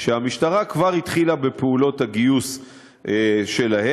כשהמשטרה כבר התחילה בפעולות הגיוס שלהם.